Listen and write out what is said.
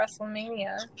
WrestleMania